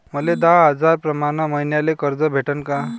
मले दहा हजार प्रमाण मईन्याले कर्ज भेटन का?